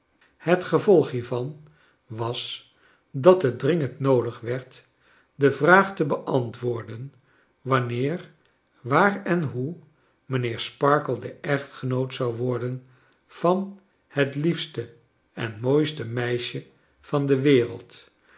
het gevolg liiervan was dat het dringend noodig werd de vraag te beantwoorden wanneer waar en hoe mijnheer sparkler de echtgenoot zou worden van het liefste en mooiste meisje van de wereld